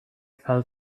fell